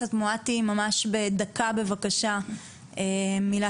והנושא הזה של פניות מקוונות נמצא כרגע במטה הלאומי בחשיבה ובהבנייה.